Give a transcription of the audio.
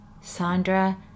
Sandra